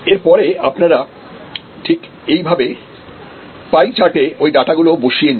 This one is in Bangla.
এরপরে আপনারা ঠিক এইভাবে পাই চার্টে ওই ডাটা গুলো বসিয়ে নিন